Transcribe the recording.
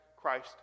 Christ